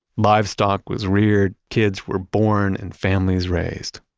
livestock was reared, kids were born and families raised,